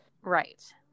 Right